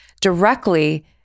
directly